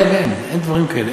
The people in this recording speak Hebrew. אין דברים כאלה,